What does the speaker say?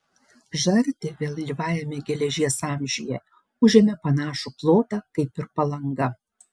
žardė vėlyvajame geležies amžiuje užėmė panašų plotą kaip ir palanga